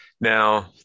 Now